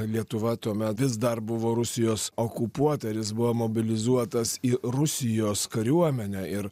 lietuva tuomet vis dar buvo rusijos okupuota ir jis buvo mobilizuotas į rusijos kariuomenę ir